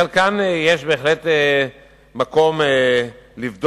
בחלקן יש בהחלט מקום לבדוק